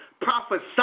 prophesy